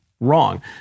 wrong